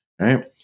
right